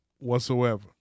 whatsoever